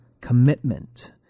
commitment